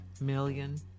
million